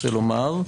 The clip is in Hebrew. רוצה לומר,